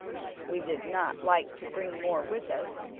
we did not like to bring more with us,